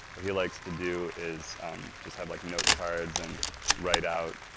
what he likes to do is just have like note cards and write out